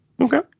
Okay